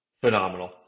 phenomenal